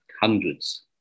hundreds